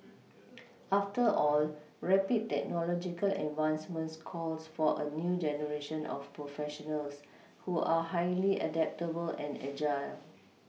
after all rapid technological advancements calls for a new generation of professionals who are highly adaptable and agile